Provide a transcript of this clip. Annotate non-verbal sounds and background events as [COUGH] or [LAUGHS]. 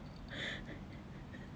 [LAUGHS]